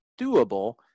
doable